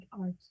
art